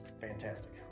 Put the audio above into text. fantastic